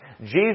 Jesus